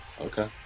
Okay